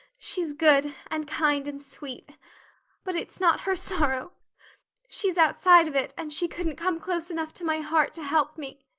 she's good and kind and sweet but it's not her sorrow she's outside of it and she couldn't come close enough to my heart to help me.